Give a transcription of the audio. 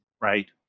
Right